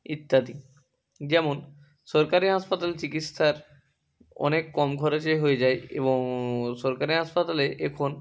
ইত্যাদি যেমন সরকারি হাসপাতাল চিকিৎসার অনেক কম খরচে হয়ে যায় এবং সরকারি হাসপাতালে এখন